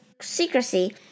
secrecy